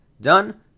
Done